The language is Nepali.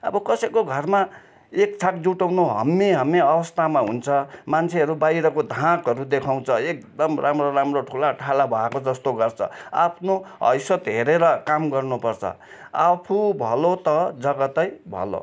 अब कसैको घरमा एक छाक जुटाउनु हम्मे हम्मे अवस्थामा हुन्छ मान्छेहरू बाहिरको धाकहरू देखाउँछ एकदम राम्रा राम्रा ठुला ठाला भएको जस्तो गर्छ आफ्नो हैसियत हेरेर काम गर्नु पर्छ आफू भलो त जगतै भलो